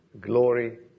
glory